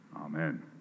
Amen